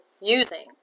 using